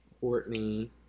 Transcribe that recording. Courtney